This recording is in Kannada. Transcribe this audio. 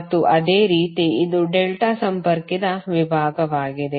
ಮತ್ತು ಅದೇ ರೀತಿ ಇದು ಡೆಲ್ಟಾ ಸಂಪರ್ಕಿತ ವಿಭಾಗವಾಗಿದೆ